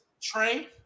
Trey